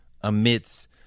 amidst